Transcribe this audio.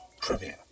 trivia